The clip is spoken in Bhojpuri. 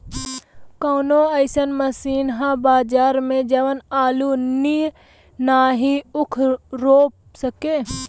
कवनो अइसन मशीन ह बजार में जवन आलू नियनही ऊख रोप सके?